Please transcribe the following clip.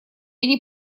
они